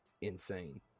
insane